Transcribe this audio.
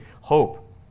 hope